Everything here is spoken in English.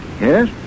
Yes